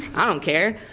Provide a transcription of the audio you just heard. i don't care!